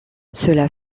cela